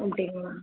அப்படிங்களா